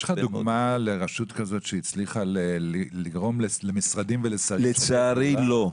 יש לך דוגמה לרשות כזאת שהצליחה לגרום למשרדים ולשרים --- לצערי לא,